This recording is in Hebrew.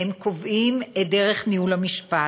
הם קובעים את דרך ניהול המשפט,